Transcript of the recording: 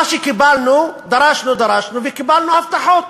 מה שקיבלנו, דרשנו ודרשנו וקיבלנו הבטחות,